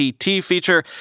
feature